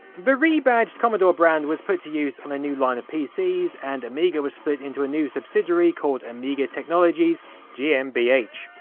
the re-badged commodore brand was put to use on a new line of pcs and amiga was split into a new subdidiary called amiga technologies gmbh,